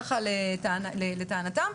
ככה לטענתם.